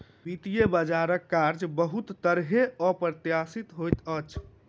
वित्तीय बजारक कार्य बहुत तरहेँ अप्रत्याशित होइत अछि